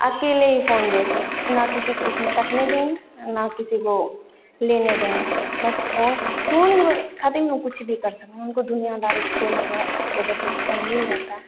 अकेले ही फ़ोन देखना ना किसी को उसमें सकने देंगे ना किसी को लेने देंगे बस फोन फोन ख़ातिर वो कुछ भी कर सकते हैं उनको दुनियादारी से कोई मतलब कोई बच्चे को फोन मिल जाता